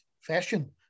fashion